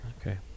Okay